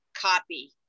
copy